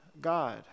God